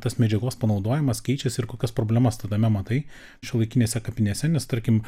tas medžiagos panaudojimas keičiasi ir kokias problemas tame matai šiuolaikinėse kapinėse nes tarkim